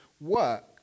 work